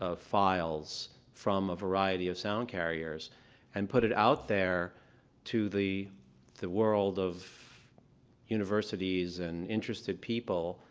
ah files from a variety of sound carriers and put it out there to the the world of universities and interested people,